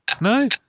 No